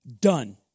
Done